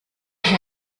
sich